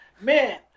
Man